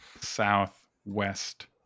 southwest